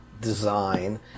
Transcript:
design